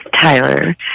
Tyler